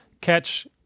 catch